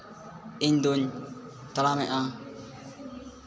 ᱤᱧᱫᱩᱧ ᱛᱟᱲᱟᱢᱮᱜᱼᱟ